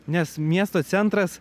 nes miesto centras